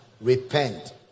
Repent